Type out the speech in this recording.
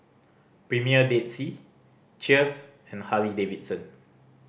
Premier Dead Sea Cheers and Harley Davidson